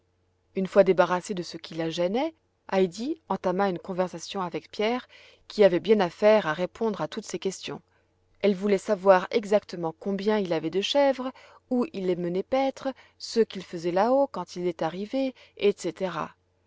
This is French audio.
une fois débarrassée de ce qui la gênait heidi entama une conversation avec pierre qui avait bien à faire à répondre à toutes ses questions elle voulait savoir exactement combien il avait de chèvres où il les menait paître ce qu'il faisait là-haut quand il était arrivé etc